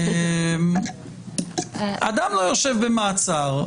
אדם לא יושב במעצר,